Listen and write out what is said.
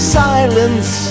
silence